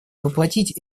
воплотить